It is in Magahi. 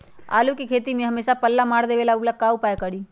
आलू के खेती में हमेसा पल्ला मार देवे ला का उपाय करी?